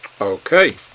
Okay